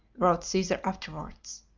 wrote caesar afterwards.